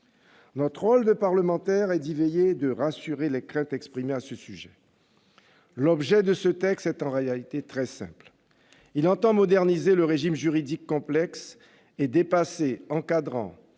Notre rôle de parlementaires est d'y veiller et de rassurer ceux qui expriment leurs craintes à ce sujet. L'objet de ce texte est en réalité très simple. Il tend à moderniser le régime juridique complexe et dépassé encadrant